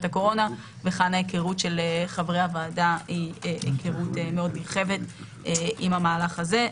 הקורונה וכאן ההיכרות של חברי הוועדה היא היכרות נרחבת עם המהלך הזה.